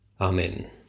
Amen